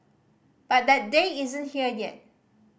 but that day isn't here yet